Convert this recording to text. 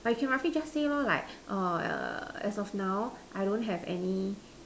but you can roughly just say loh like err as of now I don't have any